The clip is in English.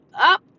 up